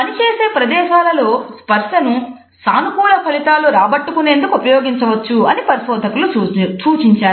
పనిచేసే ప్రదేశాలలో స్పర్శను సానుకూల ఫలితాలు రాబట్టుకునేందుకు ఉపయోగించవచ్చు అని పరిశోధకులు సూచించారు